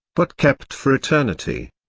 but kept for eternity.